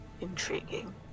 Intriguing